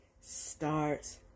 starts